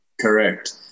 correct